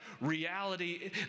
reality